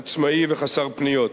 עצמאי וחסר פניות.